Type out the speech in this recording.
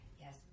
yes